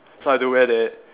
so I had to wear that